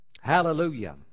Hallelujah